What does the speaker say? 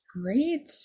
Great